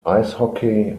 eishockey